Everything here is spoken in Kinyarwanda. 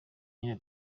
nyine